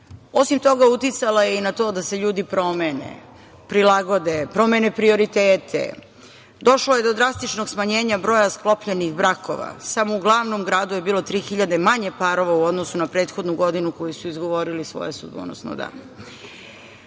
meri. Osim toga uticalo je i na to da se ljudi promene, prilagode, promene prioritete. Došlo je do drastičnog smanjenja broja sklopljenih brakova, samo u glavnom gradu je bilo 3.000 manje parova u odnosu na prethodnu godinu u kojoj su izgovorili svoje sudbonosno